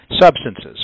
substances